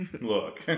Look